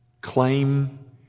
claim